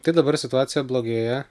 tai dabar situacija blogėja